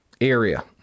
area